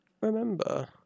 remember